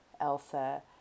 Elsa